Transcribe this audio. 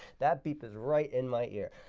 that beep is right in my ear.